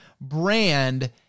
brand